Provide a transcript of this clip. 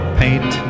paint